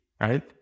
right